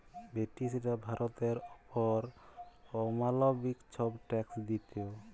ব্রিটিশরা ভারতের অপর অমালবিক ছব ট্যাক্স দিত